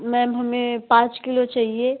ma'am हमें पाँच kilo चाहिए